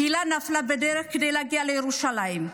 הקהילה נפלה בדרך כדי להגיע לירושלים.